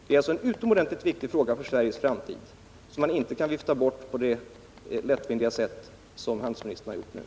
Det är en utomordentligt viktig fråga för Sveriges framtid, som man inte kan vifta bort på det lättvindiga sätt som handelsministern nu har gjort.